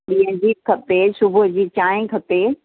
ॾींहं जी बि खपे सुबुह जी चांहि खपे